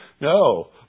No